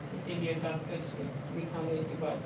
इसीलिए डाक्टर से दिखाने के बाद